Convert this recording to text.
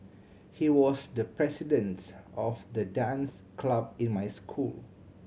he was the presidents of the dance club in my school